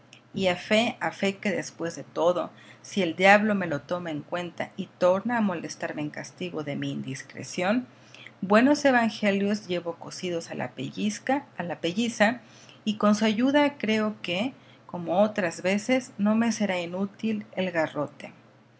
a fe que después de todo si el diablo me lo toma en cuenta y torna a molestarme en castigo de mi indiscreción buenos evangelios llevo cosidos a la pelliza y con su ayuda creo que como otras veces no me será inútil el garrote